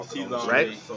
right